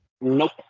Nope